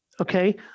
Okay